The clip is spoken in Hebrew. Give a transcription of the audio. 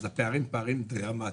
והפערים הם פערים דרמטיים.